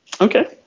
Okay